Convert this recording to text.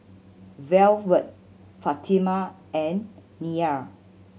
Velvet Fatima and Neal